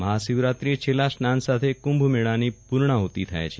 મહાશિવરાત્રીએ છેલ્લા સ્નાન સાથે કુંભ મેળાની પુર્ણાહ્તિ થાય છે